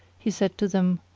he said to them,